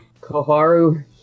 Koharu